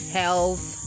health